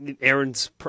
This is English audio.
Aaron's